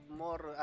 more